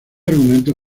argumento